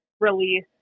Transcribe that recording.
release